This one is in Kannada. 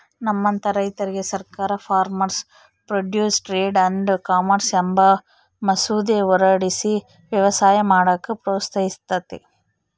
ನಮ್ಮಂತ ರೈತುರ್ಗೆ ಸರ್ಕಾರ farmers produce trade and commerce ಅಂಬ ಮಸೂದೆ ಹೊರಡಿಸಿ ವ್ಯವಸಾಯ ಮಾಡಾಕ ಪ್ರೋತ್ಸಹಿಸ್ತತೆ